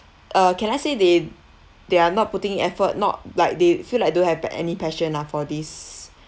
uh can I say they they are not putting in effort not like they feel like don't have pa~ any passion lah for this